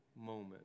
moment